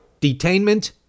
detainment